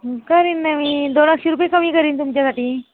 करील न मी दोन एकशे रुपये कमी करील तुमच्यासाठी